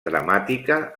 dramàtica